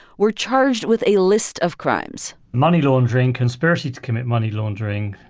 were charged with a list of crimes. money laundering, conspiracy to commit money laundering,